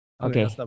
Okay